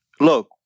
Look